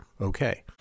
okay